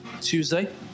Tuesday